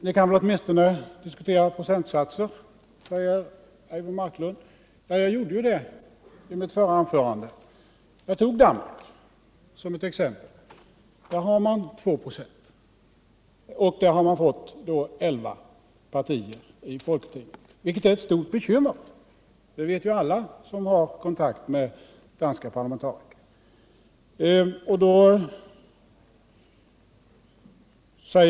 Vi kan väl åtminstone diskutera procentsatser, säger Eivor Marklund. Ja, jag gjorde ju det i mitt förra anförande. Jag tog Danmark som exempel. Där har man 2 96, och man har fått elva partier i folketinget, vilket är ett stort bekymmer — det vet alla som har kontakt med danska parlamentariker.